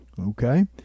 Okay